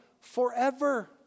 Forever